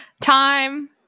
time